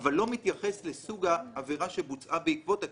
אבל לא מתייחס לסוג העבירה שבוצעה בעקבות הקנטור.